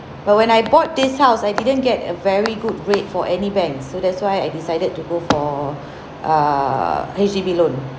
but when I bought this house I didn't get a very good rate for any banks so that's why I decided to go for err H_D_B loan